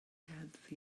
deddf